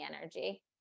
energy